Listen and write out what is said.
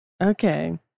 Okay